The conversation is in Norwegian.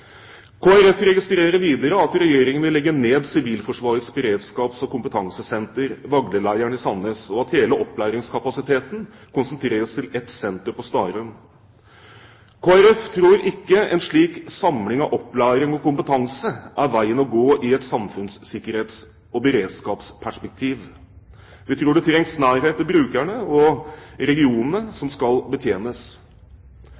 Folkeparti registrerer videre at Regjeringen vil legge ned Sivilforsvarets beredskaps- og kompetansesenter – Vagle leir i Sandnes – og at hele opplæringskapasiteten konsentreres til ett senter på Starum. Kristelig Folkeparti tror ikke en slik samling av opplæring og kompetanse er veien å gå i et samfunnssikkerhets- og beredskapsperspektiv. Vi tror det trengs nærhet til brukerne og regionene